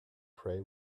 pray